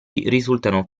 risultano